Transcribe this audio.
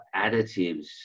additives